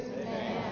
Amen